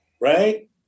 Right